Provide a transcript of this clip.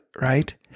right